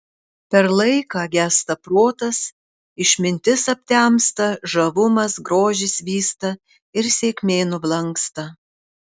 per laiką gęsta protas išmintis aptemsta žavumas grožis vysta ir sėkmė nublanksta